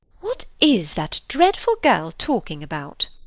what is that dreadful girl talking about?